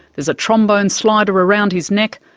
there's a trombone slider around his neck,